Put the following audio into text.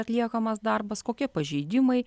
atliekamas darbas kokie pažeidimai